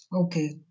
Okay